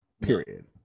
period